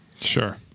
Sure